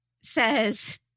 says